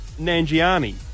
Nanjiani